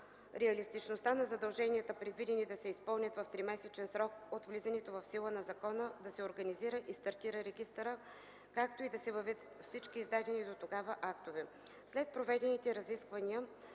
реалистичността на задълженията, предвидени да се изпълнят в тримесечен срок от влизането в сила на закона да се организира и стартира регистърът, както и да се въведат всички издадени дотогава актове. След проведените разисквания